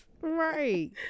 Right